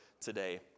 today